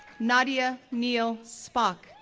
nadia kneale spock,